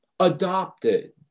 Adopted